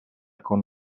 con